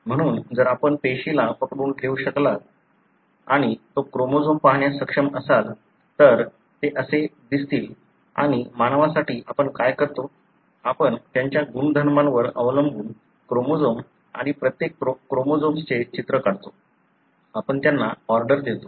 म्हणून जर आपण पेशीला पकडून ठेऊ शकलात आणि तो क्रोमोझोम पाहण्यास सक्षम असाल तर ते असे दिसतील आणि मानवासाठी आपण काय करतो आपण त्यांच्या गुणधर्मांवर अवलंबून क्रोमोझोम आणि प्रत्येक क्रोमोझोम्सचे चित्र काढतो आपण त्यांना ऑर्डर देतो